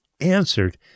answered